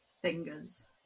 fingers